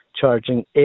charging